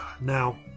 Now